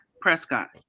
Prescott